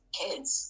kids